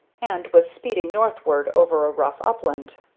and was speeding northward over a rough upland.